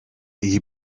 iyi